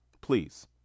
please